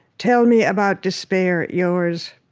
tell me about despair, yours,